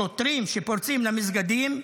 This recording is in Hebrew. שוטרים שפורצים למסגדים,